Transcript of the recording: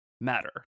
matter